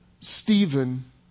Stephen